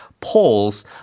polls